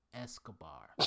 Escobar